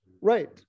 Right